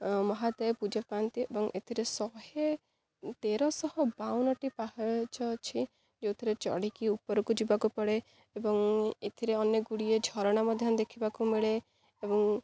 ମହାଦେବ ପୂଜା ପାଆନ୍ତି ଏବଂ ଏଥିରେ ଶହେ ତେରଶହ ବାଉନଟି ପାହାଚ ଅଛି ଯେଉଁଥିରେ ଚଢ଼ିକି ଉପରକୁ ଯିବାକୁ ପଡ଼େ ଏବଂ ଏଥିରେ ଅନେକଗୁଡ଼ିଏ ଝରଣା ମଧ୍ୟ ଦେଖିବାକୁ ମିଳେ ଏବଂ